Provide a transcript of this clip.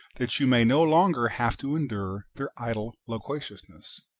that you may no longer have to endure their idle loquaciousness.